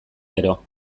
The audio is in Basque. gero